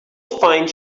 find